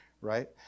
right